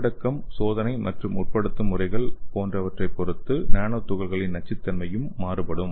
உள்ளடக்கம் சோதனை மற்றும் உட்படுத்தும் முறைகள் போன்றவற்றைப் பொறுத்து நானோ துகளின் நச்சுத்தன்மையும் மாறுபடும்